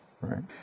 right